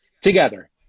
together